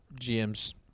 GMs